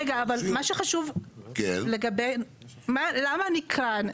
רגע, אבל מה שחשוב לגבי, למה אני כאן?